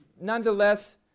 nonetheless